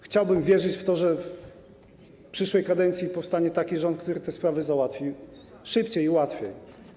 Chciałbym wierzyć w to, że w przyszłej kadencji powstanie taki rząd, który te sprawy załatwi szybciej i łatwiej.